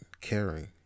caring